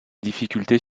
difficultés